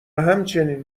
همچنین